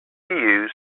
used